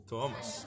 Thomas